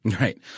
Right